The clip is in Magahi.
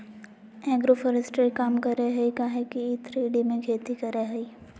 एग्रोफोरेस्ट्री काम करेय हइ काहे कि इ थ्री डी में खेती करेय हइ